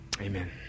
Amen